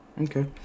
Okay